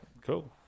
Cool